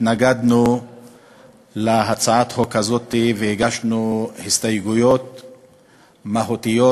התנגדנו להצעת החוק הזו והגשנו הסתייגויות מהותיות,